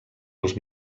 els